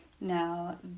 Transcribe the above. Now